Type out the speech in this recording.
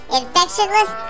infectionless